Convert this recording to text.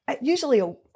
usually